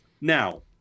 Now